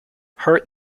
heart